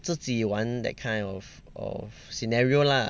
自己玩 that kind of of scenario lah